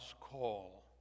call